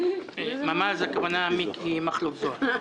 הכוונה למיקי מכלוף זוהר,